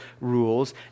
rules